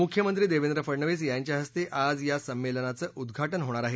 मुख्यमंत्री देवेंद्र फडणवीस यांच्या हस्ते आज या संमेलनाचं उद्घाटन होणार आहे